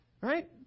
Right